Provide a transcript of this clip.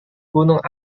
gunung